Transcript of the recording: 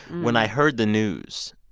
when i heard the news,